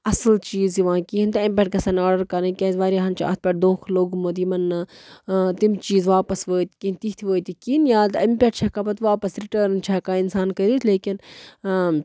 اَصٕل چیٖز یِوان کِہیٖنۍ تہِ اَمہِ پٮ۪ٹھ گژھن نہٕ آرڈر کَرٕنۍ کیٛازِ وارِیاہن چھُ اَتھ پٮ۪ٹھ دۄکھہٕ لوٚگمُت یِمن نہٕ تِم چیٖز واپس وٲتۍ کِہیٖنۍ تِتھۍ وٲتۍ نہِ کِہیٖنۍ یا اَمہِ پٮ۪ٹھ چھِ ہٮ۪کان پتہٕ واپس رِٹٲرٕن چھِ ہٮ۪کان اِنسان کٔرِتھ لیکِن